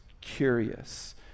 curious